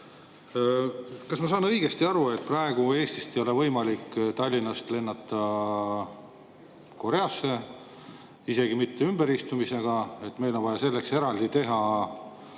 Kas ma saan õigesti aru, et praegu Eestis ei ole võimalik Tallinnast Koreasse lennata isegi mitte ümberistumisega? Meil on vaja selleks eraldi